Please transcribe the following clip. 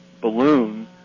balloon